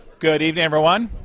good evening, everyone.